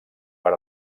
per